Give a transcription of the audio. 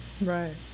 Right